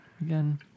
again